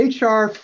hr